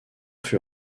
fut